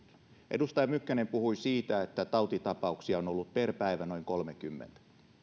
edustaja mykkänen puhui siitä että tautitapauksia on ollut noin kolmekymmentä per päivä